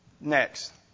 Next